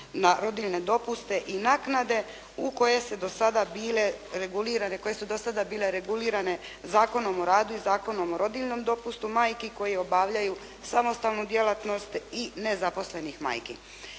rodiljne dopuste i naknade koje su do sada bile regulirane Zakonom o radu i Zakonom o rodiljnom dopustu majki koje obavljaju samostalnu djelatnost i nezaposlenih majki.